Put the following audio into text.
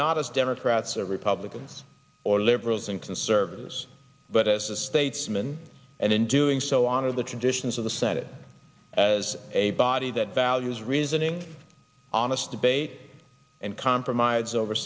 not as democrats or republicans or liberals and conservatives but as a statesman and in doing so honor the traditions of the senate as a body that values reasoning honest debate and compromise over